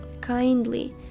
kindly